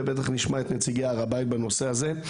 ובטח נשמע את נציגי הר הבית בנושא הזה,